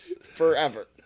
Forever